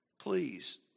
Please